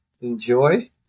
Enjoy